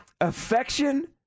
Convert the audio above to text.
Affection